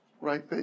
right